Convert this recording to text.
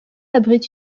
abrite